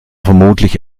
vermutlich